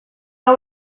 hau